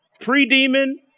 pre-demon